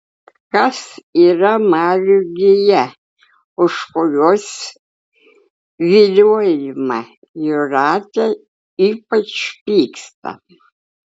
kas yra marių gija už kurios viliojimą jūratė ypač pyksta